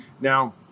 Now